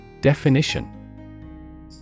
Definition